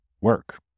work